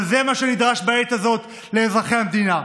אבל זה מה שנדרש בעת הזאת לאזרחי המדינה.